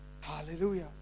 Hallelujah